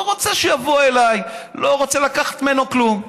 לא רוצה שיבוא אליי, לא רוצה לקחת ממנו כלום.